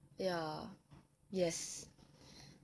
ya yes